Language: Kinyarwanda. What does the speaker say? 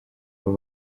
aba